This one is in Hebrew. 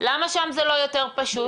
למה שם זה לא יותר פשוט?